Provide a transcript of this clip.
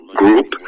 group